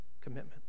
commitment